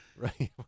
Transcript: Right